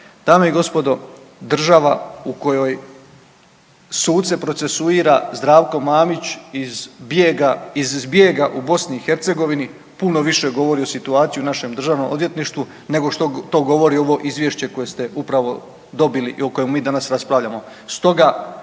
Dame i gospodo, država u kojoj suce procesuira Zdravko Mamić iz zbjega u BiH puno više govori o situaciji u našem državnom odvjetništvu nego što to govori ovo izvješće koje ste upravo dobili i o kojemu mi danas raspravljamo.